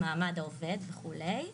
מעמד העובד וכולי.